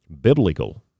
biblical